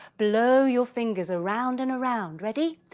blow your fingers around and around. ready?